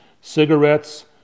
cigarettes